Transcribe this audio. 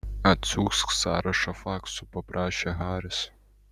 atsiųsk sąrašą faksu paprašė haris